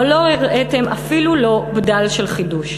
אבל לא הראיתם אפילו לא בדל של חידוש".